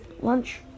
lunch